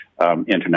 International